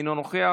אינו נוכח,